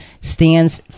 stands